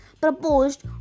proposed